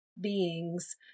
beings